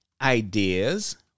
ideas